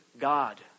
God